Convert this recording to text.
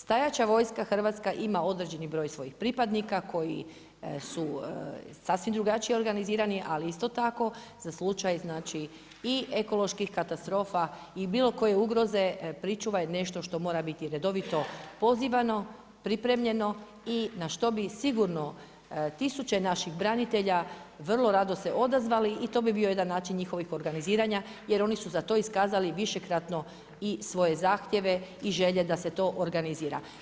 Stajaća vojska hrvatska ima određeni broj svojih pripadnika koji su sasvim drugačije organizirani ali isto tako, za slučaj i ekoloških katastrofa i bilo koje ugroze, pričuva je nešto što mora biti redovito pozivano, pripremljeno i na što bi sigurno 1000 naših branitelja vrlo rado se odazvali i to bi bio jedan način njihovih organiziranja jer oni su za to iskazali višekratno i svoje zahtjeve i želje i da se to organizira.